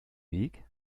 weg